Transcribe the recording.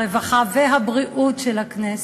הרווחה והבריאות של הכנסת,